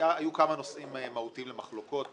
היו כמה נושאים מהותיים למחלוקות.